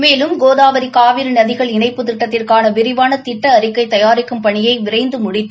மேலும் கோதாவரி காவிரி நதிகள் இணைப்புத் திட்டத்திற்கான விரிவான திட்ட அறிக்கை தயாரிக்கும் பணியை விரைந்து முடித்து